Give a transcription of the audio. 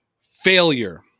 failure